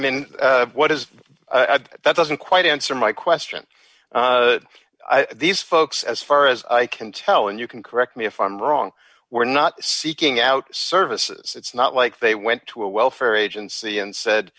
mean what is i but that doesn't quite answer my question i these folks as far as i can tell and you can correct me if i'm wrong we're not seeking out services it's not like they went to a welfare agency and said